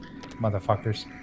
motherfuckers